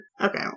Okay